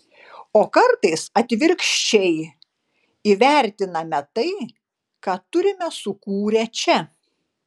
o kartais atvirkščiai įvertiname tai ką turime sukūrę čia